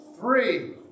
Three